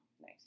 Nice